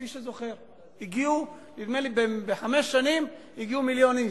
מי שזוכר, נדמה לי שבחמש שנים הגיעו מיליון איש,